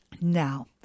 Now